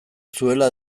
zuela